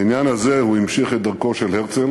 בעניין הזה הוא המשיך את דרכו של הרצל